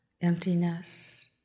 emptiness